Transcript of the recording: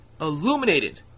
illuminated